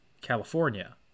California